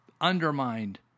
undermined